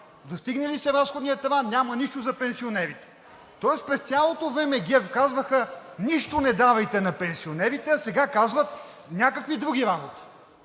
Достигне ли се разходният таван, няма нищо за пенсионерите. През цялото време ГЕРБ казваха: „Нищо не давайте на пенсионерите!“, а сега казват някакви други работи.